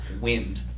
wind